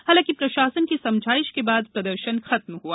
हालांकि प्रशासन की समझाइश के बाद प्रदर्शन खत्म हआ